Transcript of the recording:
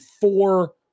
four